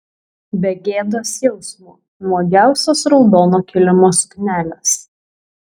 be gėdos jausmo nuogiausios raudono kilimo suknelės